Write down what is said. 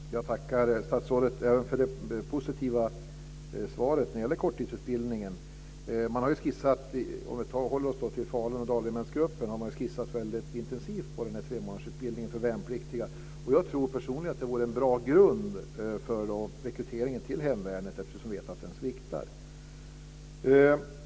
Fru talman! Jag tackar statsrådet även för det positiva svaret när det gäller korttidsutbildningen. Om vi håller oss till Falun och dalregementsgruppen har man ju skissat väldigt intensivt på den här tremånadersutbildningen för värnpliktiga. Jag tror personligen att det vore en bra grund för rekryteringen till hemvärnet eftersom vi vet att denna sviktar.